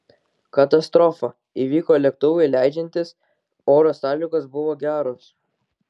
katastrofa įvyko lėktuvui leidžiantis oro sąlygos buvo geros